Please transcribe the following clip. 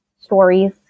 stories